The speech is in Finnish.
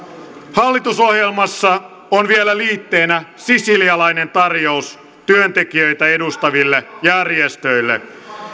hallitusohjelmassa on vielä liitteenä sisilialainen tarjous työntekijöitä edustaville järjestöille